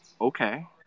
Okay